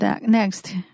next